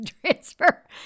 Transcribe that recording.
transfer